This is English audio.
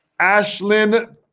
Ashlyn